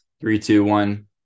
three-two-one